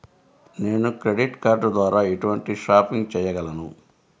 నేను credit card ద్వార ఎటువంటి షాపింగ్ చెయ్యగలను?